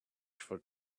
for